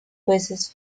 jueces